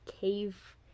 cave